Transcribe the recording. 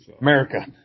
America